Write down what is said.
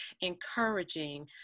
encouraging